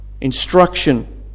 instruction